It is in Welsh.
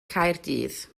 caerdydd